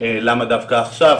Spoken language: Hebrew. למה דווקא עכשיו,